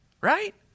right